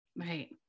Right